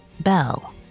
Bell